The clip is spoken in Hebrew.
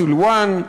סילואן,